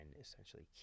essentially